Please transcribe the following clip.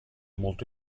molto